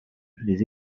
les